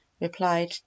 Replied